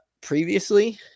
previously